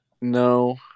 No